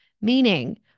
meaning